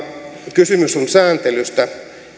kysymys on sääntelystä